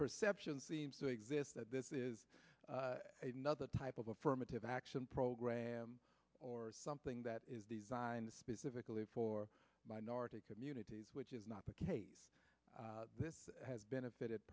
perception seems to exist that this is another type of affirmative action program or something that is the zines specifically for minority communities which is not the case this has benefited